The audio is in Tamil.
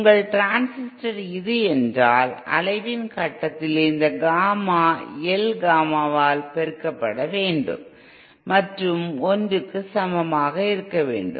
உங்கள் டிரான்சிஸ்டர் இது என்றால் அலைவின் கட்டத்தில் இந்த காமா L காமாவால் பெருக்கப்பட வேண்டும் மற்றும் 1 க்கு சமமாக இருக்க வேண்டும்